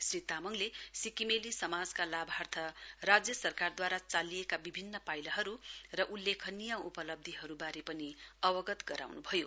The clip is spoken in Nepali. श्री तामाङले सिक्किमेली समाजका लाभार्थ राज्य सरकारद्वारा चालिएका विभिन्न पाइलाहरू र उल्लेखनीय उपलब्धीहरूबारे पनि अवहत गराउन् भयो